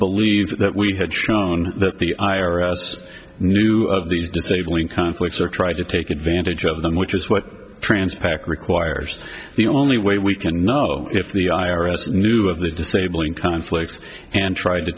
believe that we had shown that the i r s knew of these disabling conflicts or tried to take advantage of them which is what transpired requires the only way we can know if the i r s knew of the disabling conflicts and tried to